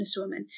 businesswoman